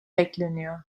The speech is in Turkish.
bekleniyor